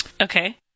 Okay